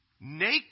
Naked